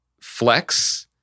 flex